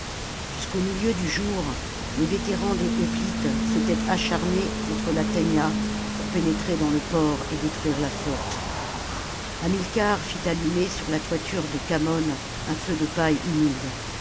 jusqu'au milieu du jour les vétérans des hoplites s'étaient acharnés contre latœnia pour pénétrer dans le port et détruire la flotte hamilcar fît allumer sur la toiture de khamon un feu de paille humide